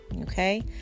Okay